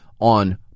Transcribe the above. on